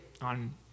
on